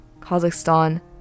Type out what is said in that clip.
Kazakhstan